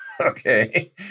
Okay